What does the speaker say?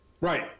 Right